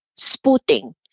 spooting